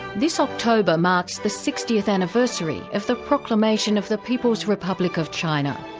this october marks the sixtieth anniversary of the proclamation of the people's republic of china.